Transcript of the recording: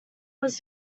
was